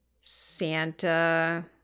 Santa